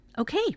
Okay